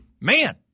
man